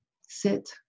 sit